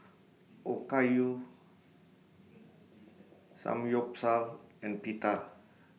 Okayu Samgyeopsal and Pita